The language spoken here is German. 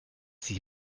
sie